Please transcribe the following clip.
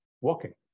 walking